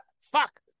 Fuck